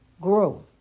Grow